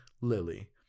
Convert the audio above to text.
Lily